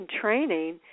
training